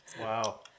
Wow